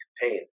campaign